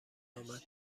آمد